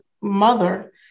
mother